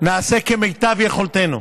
נעשה כמיטב יכולתנו.